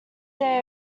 day